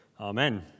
Amen